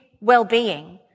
well-being